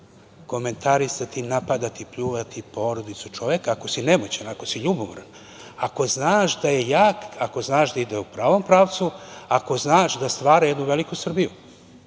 komentarisati i napadati, pljuvati porodicu čoveka? Ako si nemoćan, ako si ljubomoran, ako znaš da je jak, ako znaš da ide u pravom pravcu, ako znaš da stvara jednu veliku Srbiju,